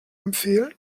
empfehlen